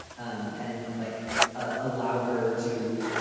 um and like ah allow her to,